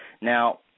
Now